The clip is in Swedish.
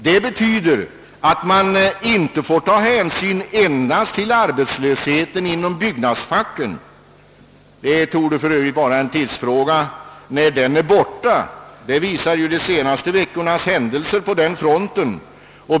Det betyder att man inte bör ta hänsyn endast till arbetslösheten inom byggnadsfacket. Det torde för övrigt vara en tidsfråga när den är borta — det visar de senaste veckornas händelser på den fronten.